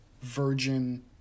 virgin